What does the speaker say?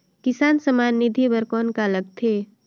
किसान सम्मान निधि बर कौन का लगथे?